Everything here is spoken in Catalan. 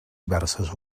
diverses